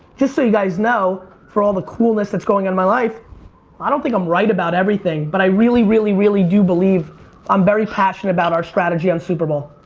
just so you guys know for all the coolness that's going in my life i don't think i'm right about everything but i really, really, really do believe i'm very passionate about our strategy on super bowl.